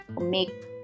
make